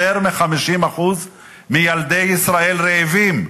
יותר מ-50% מילדי ישראל רעבים,